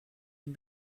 den